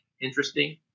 interesting